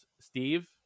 Steve